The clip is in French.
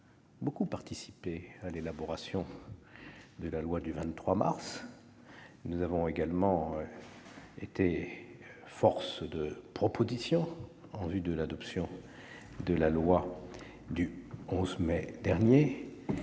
largement participé à l'élaboration de la loi du 23 mars dernier ; nous avons également été force de proposition en vue de l'adoption de la loi du 11 mai dernier